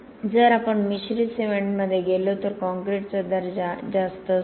जर आपण मिश्रित सिमेंटमध्ये गेलो तर कॉंक्रिटचा दर्जा जास्त असतो